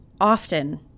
often